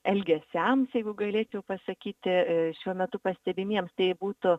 elgesiams jeigu galėčiau pasakyti šiuo metu pastebimiems tai būtų